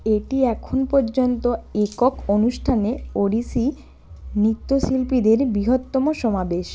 এটি এখন পর্যন্ত একক অনুষ্ঠানে ওড়িশা নৃত্যশিল্পীদের বৃহত্তম সমাবেশ